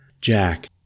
Jack